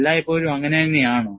എല്ലായ്പ്പോഴും അങ്ങനെ തന്നെയാണോ